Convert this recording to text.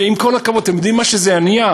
ועם כל הכבוד, אתם יודעים מה שזה יניע?